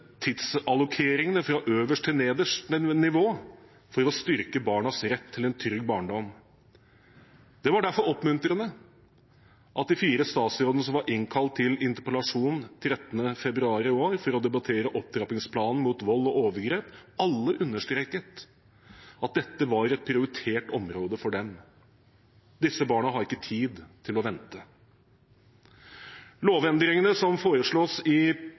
fra øverste til nederste nivå for å styrke barnas rett til en trygg barndom. Det var derfor oppmuntrende at alle de fire statsrådene som var innkalt til interpellasjon 13. februar i år for å debattere opptrappingsplanen mot vold og overgrep, understreket at dette var et prioritert område for dem. Disse barna har ikke tid til å vente. Lovendringene som foreslås i